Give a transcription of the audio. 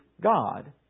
God